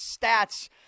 stats